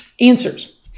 answers